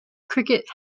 cricket